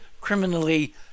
criminally